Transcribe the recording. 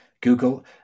Google